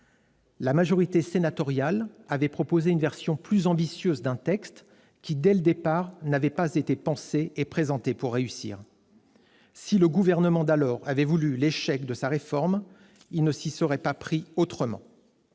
La majorité sénatoriale avait proposé une version plus ambitieuse d'un texte qui, dès le départ, n'avait pas été pensé et présenté pour réussir. Si le gouvernement d'alors avait voulu l'échec de sa réforme, il ne s'y serait pas pris autrement